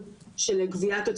מה יש לנו ברקע?